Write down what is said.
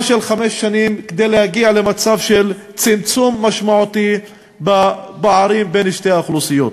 של חמש שנים כדי להגיע למצב של צמצום משמעותי בפערים בין שתי האוכלוסיות.